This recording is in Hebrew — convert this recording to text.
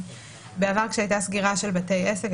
בעיקר כשהייתה סגירה של בתי עסק,